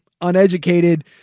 uneducated